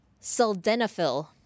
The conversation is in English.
sildenafil